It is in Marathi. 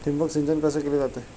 ठिबक सिंचन कसे केले जाते?